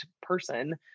person